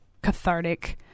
cathartic